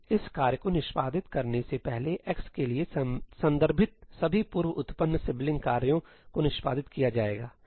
इस कार्य को निष्पादित करने से पहले x के लिए संदर्भित सभी पूर्व उत्पन्न सिबलिंग कार्यों को निष्पादित किया जाएगा सही